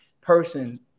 person